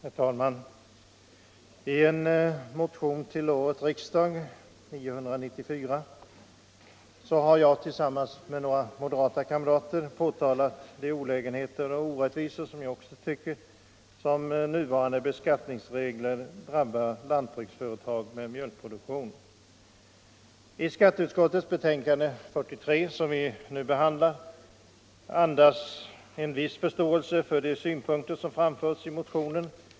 Herr talman! I en motion till årets riksdag, nr 994, har jag tillsammans med några kamrater från moderata samlingspartiet påtalat de olägenheter och orättvisor som nuvarande beskattningsregler enligt min mening innebär för lantbruksföretag med mjölkproduktion. Skatteutskottets betänkande nr 43, som vi nu behandlar, andas en viss förståelse för de synpunkter som framförs i motionen.